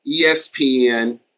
ESPN